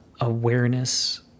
awareness